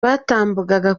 batambukaga